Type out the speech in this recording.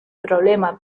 problema